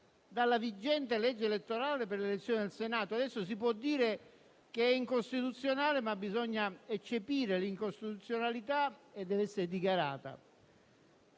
dalla vigente legge elettorale per l'elezione del Senato. Adesso si può dire che è incostituzionale, ma bisogna eccepirne l'incostituzionalità che deve essere dichiarata.